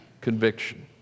conviction